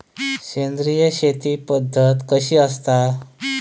सेंद्रिय शेती पद्धत कशी असता?